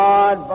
God